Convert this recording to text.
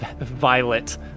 violet